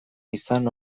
izan